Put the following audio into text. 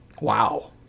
Wow